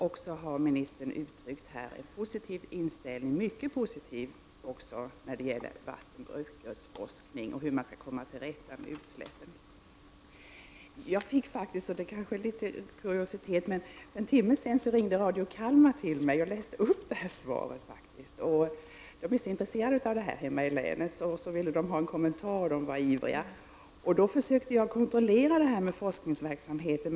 Ministern har också uttryckt en mycket positiv inställning till forskningen på vattenbrukets område och till åtgärder för att komma till rätta med utsläppen. För en timme sedan fick jag faktiskt — det är kanske en kuriositet — ett telefonsamtal från Radio Kalmar. Man läste upp för mig det svar som här lämnats. I hemlänet är man mycket intresserad av dessa saker. Man var ivrig och ville ha en kommentar. Jag har försökt att kontrollera hur det förhåller sig med forskningsverksamheten.